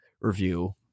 review